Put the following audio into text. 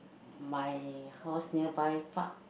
my house nearby park